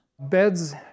Beds